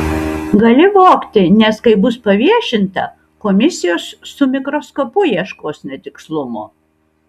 gali vogti nes kai bus paviešinta komisijos su mikroskopu ieškos netikslumo